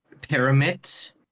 pyramids